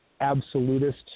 absolutist